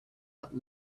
but